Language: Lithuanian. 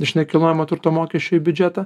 iš nekilnojamo turto mokesčio į biudžetą